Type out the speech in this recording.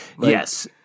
Yes